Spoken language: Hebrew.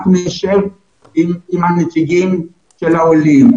אנחנו נשב עם נציגי העולים,